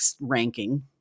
Ranking